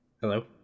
hello